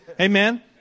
Amen